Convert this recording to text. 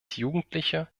jugendliche